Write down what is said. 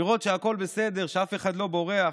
לראות שהכול בסדר, שאף אחד לא בורח.